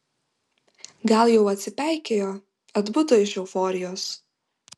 gal jau atsipeikėjo atbudo iš euforijos